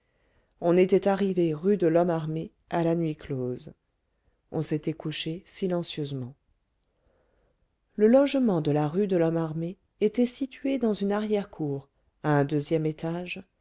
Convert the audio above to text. on était arrivé rue de lhomme armé à la nuit close on s'était couché silencieusement le logement de la rue de lhomme armé était situé dans une arrière-cour à un deuxième étage